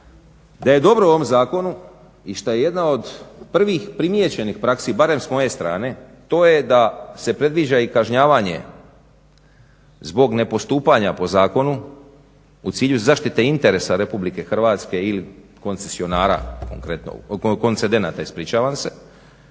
da je dobro u ovom zakonu i šta je jedna od prvih primijećenih praksi barem s moje strane, to je da se predviđa i kažnjavanje zbog nepostupanja po zakonu u cilju zaštite interesa RH ili koncedenata Za razliku